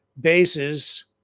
bases